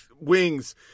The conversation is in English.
wings